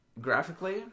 graphically